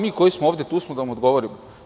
Mi koji smo ovde tu smo da vam odgovorimo.